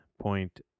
point